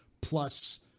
plus